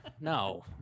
No